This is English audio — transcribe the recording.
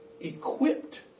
equipped